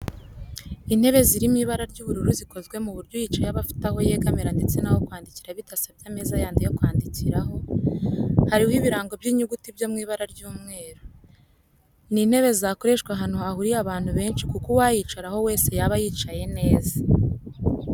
Intebe ziri mu ibara ry'ubururu zikozwe ku buryo uyicayeho aba afite aho yegamira ndetse n'aho kwandikira bidasabye ameza yandi yo kwandikiraho, hariho ibirango by'inyuguti byo mw'ibara ry'umweru. Ni intebe zakoreshwa ahantu hahuriye abantu benshi kuko uwayicaraho wese yaba yicaye neza